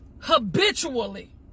habitually